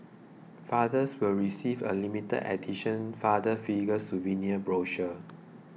fathers will receive a limited edition Father Figures souvenir brochure